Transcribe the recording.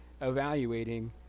evaluating